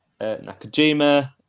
Nakajima